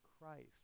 Christ